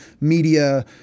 media